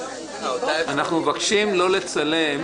מבקשים לא לצלם.